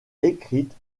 écrite